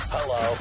Hello